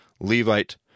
Levite